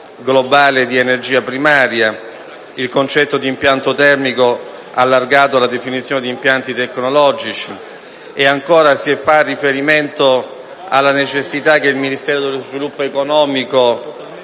globale di energia primaria, di impianto termico allargato alla definizione di impianti tecnologici. Si fa inoltre riferimento alla necessità che il Ministero dello sviluppo economico